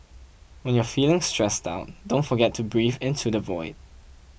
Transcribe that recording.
when you are feeling stressed out don't forget to breathe into the void